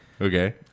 Okay